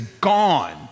gone